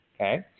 Okay